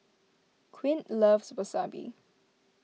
Quint loves Wasabi